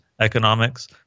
economics